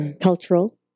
Cultural